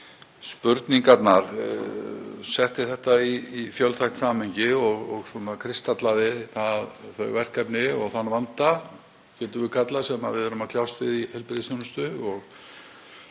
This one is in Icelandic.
spurningarnar. Hann setti þetta í fjölþætt samhengi og kristallaði þau verkefni og þann vanda, getum við kallað, sem við erum að kljást við í heilbrigðisþjónustu og